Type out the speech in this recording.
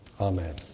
Amen